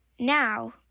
now